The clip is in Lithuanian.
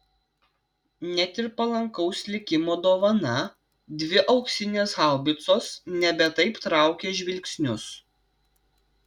net ir palankaus likimo dovana dvi auksinės haubicos nebe taip traukė žvilgsnius